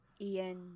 Ian